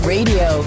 Radio